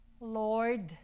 lord